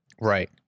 Right